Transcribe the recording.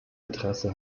interesse